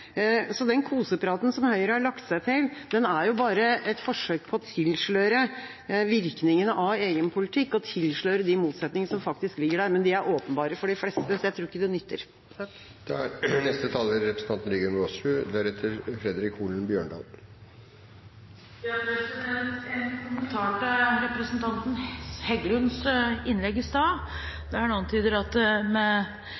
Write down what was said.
Den kosepraten som Høyre har lagt seg til, er bare et forsøk på å tilsløre virkningene av egen politikk og de motsetningene som faktisk ligger der, men de er åpenbare for de fleste, så jeg tror ikke det nytter. Jeg har en kommentar til representanten